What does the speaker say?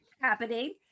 happening